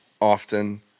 Often